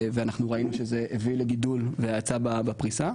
ואנחנו ראינו שזה הביא לגידול והאצה בפריסה.